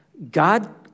God